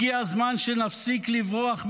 הגיע הזמן שנפסיק לברוח ממנה.